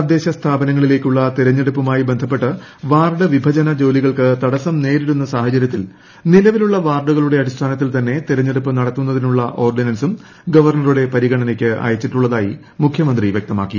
തദ്ദേശ സ്ഥാപനങ്ങളിലേക്കുള്ള തെരഞ്ഞെടുപ്പുമായി ബന്ധപ്പെട്ട് വാർഡ് വിഭജന ജോലികൾക്ക് തടസ്സം നേരിടുന്ന സാഹചര്യത്തിൽ നിലവിലുള്ള വാർഡുകളുടെ അടിസ്ഥാനത്തിൽ തന്നെ തെരഞ്ഞെടുപ്പ് നട്ട്ത്തുന്നതിനുള്ള ഓർഡിനൻസും ഗവർണറുടെ പരിഗണന്റയ്ക്ക് അയച്ചിട്ടുള്ളതായി മുഖ്യമന്ത്രി വ്യക്തമാക്കി